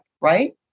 Right